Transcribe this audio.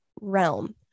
realm